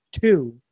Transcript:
two